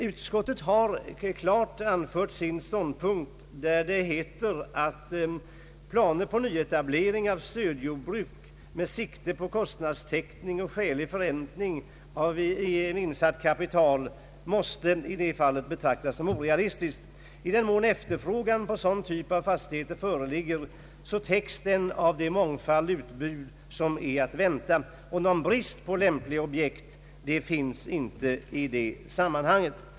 Utskottet har klart anfört sin ståndpunkt och säger att ”planer på nyetablering av stödjordbruk med sikte på kostnadstäckning och skälig förräntning av insatt kapital måste betraktas som orealistiska”. I den mån efterfrågan på sådan typ av fastigheter föreligger täcks den av den mångfald utbud som är att vänta. Någon brist på lämpliga objekt finns inte i detta sammanhang.